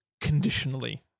conditionally